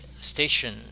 station